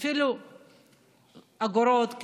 אפילו אגורות.